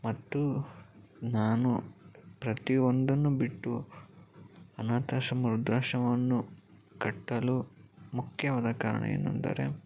ಮತ್ತು ನಾನು ಪ್ರತಿ ಒಂದನ್ನು ಬಿಟ್ಟು ಅನಾಥಾಶ್ರಮ ವೃದ್ದಾಶ್ರಮವನ್ನು ಕಟ್ಟಲು ಮುಖ್ಯವಾದ ಕಾರಣ ಏನೆಂದರೆ